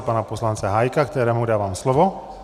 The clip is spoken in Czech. Pana poslance Hájka, kterému dávám slovo.